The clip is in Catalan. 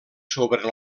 sobre